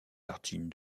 tartines